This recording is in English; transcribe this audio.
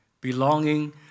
belonging